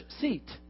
seat